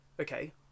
okay